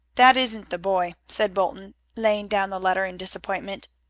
that isn't the boy, said bolton, laying down the letter in disappointment.